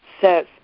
says